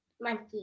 Monkey